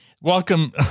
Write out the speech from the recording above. Welcome